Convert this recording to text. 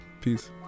peace